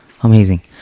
Amazing